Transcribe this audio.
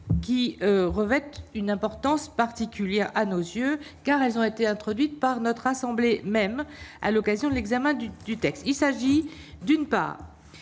qui revêtent une importance particulière à nos yeux, car elles ont été introduites par notre assemblée, même à l'occasion de l'examen du texte, il s'agit d'une part,